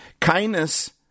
Kindness